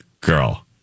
girl